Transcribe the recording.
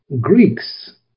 Greeks